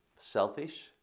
selfish